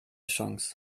chance